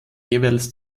jeweils